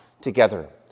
together